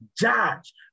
judge